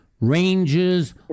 ranges